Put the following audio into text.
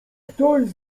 ktoś